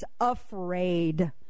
afraid